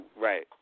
right